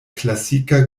klasika